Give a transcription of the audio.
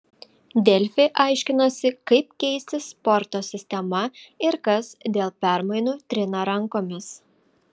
delfi aiškinosi kaip keisis sporto sistema ir kas dėl permainų trina rankomis